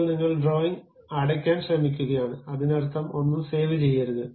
ഇപ്പോൾ നിങ്ങൾ ഡ്രോയിംഗ് അടയ്ക്കാൻ ശ്രമിക്കുകയാണ് അതിനർത്ഥം ഒന്നും സേവ്ചെയ്യരുത്